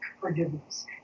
forgiveness